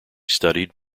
studied